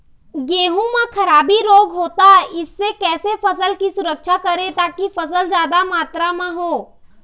गेहूं म खराबी रोग होता इससे कैसे फसल की सुरक्षा करें ताकि फसल जादा मात्रा म हो?